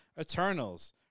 Eternals